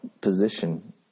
position